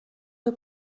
que